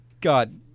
God